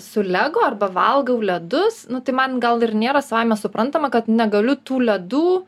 su lego arba valgau ledus nu tai man gal ir nėra savaime suprantama kad negaliu tų ledų